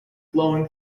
flowing